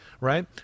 right